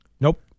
Nope